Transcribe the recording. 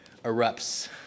erupts